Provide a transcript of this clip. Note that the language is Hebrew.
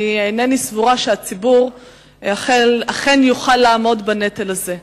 ואינני סבורה שהציבור יוכל לעמוד בנטל הזה.